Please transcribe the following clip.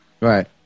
Right